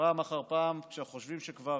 פעם אחר פעם, כשחושבים שכבר